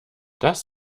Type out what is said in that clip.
das